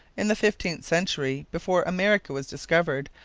in the fifteenth century, before america was discovered,